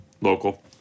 Local